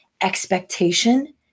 expectation